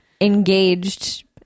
engaged